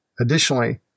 Additionally